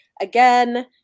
again